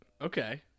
Okay